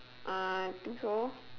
uh I think so